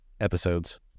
episodes